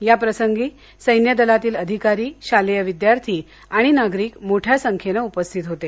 या प्रसंगी सैन्य दलातील अधिकारी शालेय विद्यार्थी आणि नागरिक मोठ्या संख्येनं उपस्थित होते